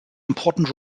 important